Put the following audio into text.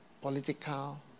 political